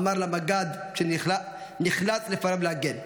אמר למג"ד כשנכנס לפעמים להגן,